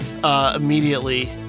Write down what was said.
Immediately